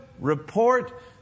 report